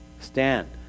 stand